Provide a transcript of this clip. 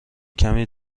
کمی